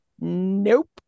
Nope